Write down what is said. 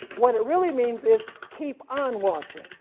what it really means is keep on watching,